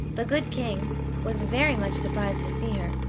the good king was very much surprised to see her,